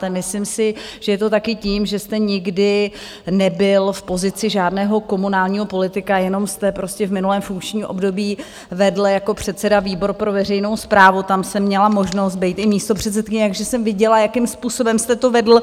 Myslím si, že je to taky tím, že jste nikdy nebyl v pozici žádného komunálního politika, jenom jste v minulém funkčním období vedl jako předseda výbor pro veřejnou správu, tam jsem měla možnost být i místopředsedkyně, takže jsem viděla, jakým způsobem jste to vedl.